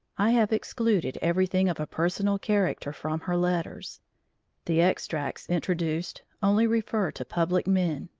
i have excluded everything of a personal character from her letters the extracts introduced only refer to public men,